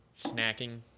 Snacking